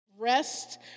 rest